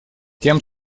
тем